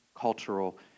cultural